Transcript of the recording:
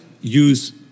use